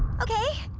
okay.